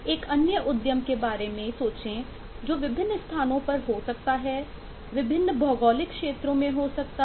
एक अन्य उद्यम के बारे में सोचें जो विभिन्न स्थानों पर हो सकता है विभिन्न भौगोलिक क्षेत्रों में हो सकता है